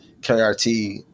KRT